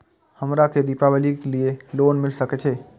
हमरा के दीपावली के लीऐ लोन मिल सके छे?